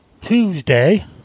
Tuesday